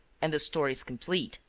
and the story is complete.